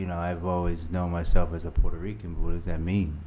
you know i've always known myself as a puerto rican, but what does that mean?